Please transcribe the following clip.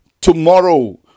tomorrow